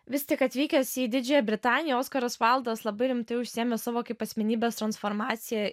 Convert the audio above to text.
vis tik atvykęs į didžiąją britaniją oskaras vaildas labai rimtai užsiėmęs savo kaip asmenybės transformacija